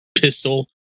pistol